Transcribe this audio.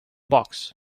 box